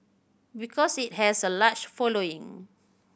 because it has a large following